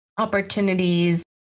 opportunities